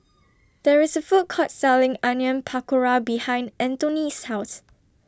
There IS A Food Court Selling Onion Pakora behind Antone's House